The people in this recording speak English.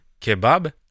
kebab